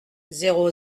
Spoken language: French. zéro